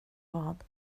vad